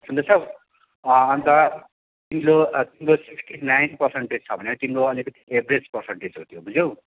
सुन्दैछौ अन्त below below sixty nine percentage छ भने तिम्रो अलिकति एभरेज पर्सन्टेज हो त्यो बुझ्यौ